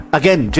again